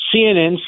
CNN